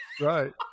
Right